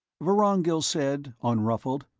vorongil said, unruffled,